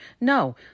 No